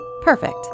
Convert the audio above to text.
Perfect